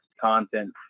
content